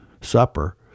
supper